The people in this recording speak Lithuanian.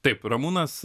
taip ramūnas